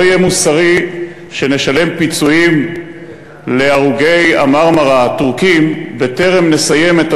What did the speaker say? לא יהיה מוסרי שנשלם פיצויים להרוגי ה"מרמרה" הטורקים בטרם נסיים את